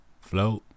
Float